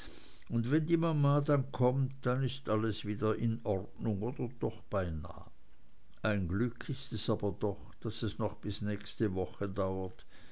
und wenn die mama dann kommt dann ist alles wieder in ordnung oder doch beinah ein glück ist es aber doch daß es noch bis nächste woche dauert